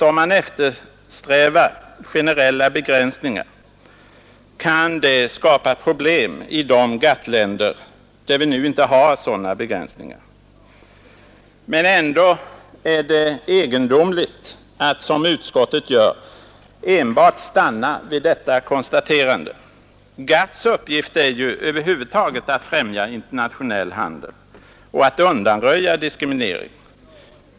Om man eftersträvar generella begränsningar kan det visserligen skapa problem i de GATT-länder där vi nu inte har några sådana begränsningar. Men det är egendomligt att, som utskottet gör, enbart stanna vid detta konstaterande. GATT:s uppgift är att främja internationell handel över huvud taget och att undanröja diskriminering.